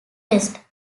quest